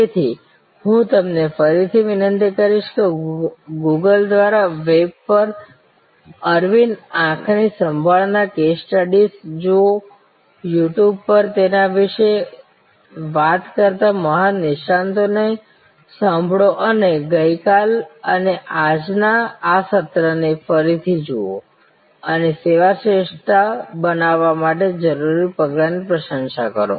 તેથી હું તમને ફરીથી વિનંતી કરીશ કે ગૂગલ દ્વારા વેબ પર અરવિંદ આંખની સંભાળના કેસ સ્ટડીઝ જુઓ યૂટ્યૂબ પર તેમના વિશે વાત કરતા મહાન નિષ્ણાતોને સાંભળો અને ગઈકાલ અને આજના આ સત્રને ફરીથી જુઓ અને સેવા શ્રેષ્ઠતા બનાવવા માટે જરૂરી પગલાંની પ્રશંસા કરો